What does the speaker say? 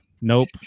nope